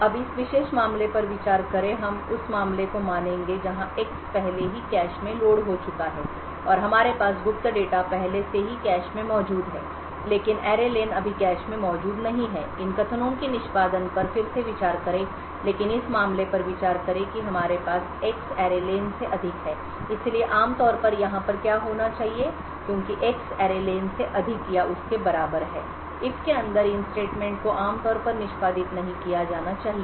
अब इस विशेष मामले पर विचार करें हम उस मामले को मानेंगे जहां एक्स पहले ही कैश में लोड हो चुका है और हमारे पास गुप्त डेटा पहले से ही कैश में मौजूद है लेकिन array len अभी कैश में मौजूद नहीं है इन कथनों के निष्पादन पर फिर से विचार करें लेकिन इस मामले पर विचार करें कि हमारे पास X array len से अधिक है इसलिए आमतौर पर यहाँ पर क्या होना चाहिए क्योंकि X array len से अधिक या उसके बराबर है if के अंदर इन स्टेटमेंट को आमतौर पर निष्पादित नहीं किया जाना चाहिए